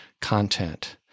content